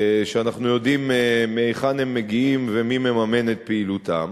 שאנחנו יודעים מהיכן הן מגיעות ומי מממן את פעילותן,